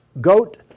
goat